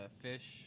fish